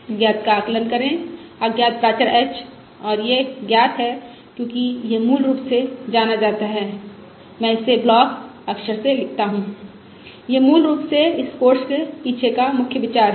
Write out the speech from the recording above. अज्ञात का आकलन करें अज्ञात प्राचर h और यह ज्ञात है क्योंकि यह मूल रूप से जाना जाता है मैं इसे ब्लॉक अक्षर में लिखता हूं यह मूल रूप से इस पाठ्यक्रम के पीछे का मुख्य विचार है